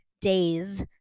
days